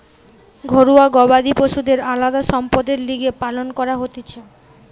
ঘরুয়া গবাদি পশুদের আলদা সম্পদের লিগে পালন করা হতিছে